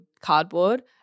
cardboard